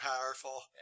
powerful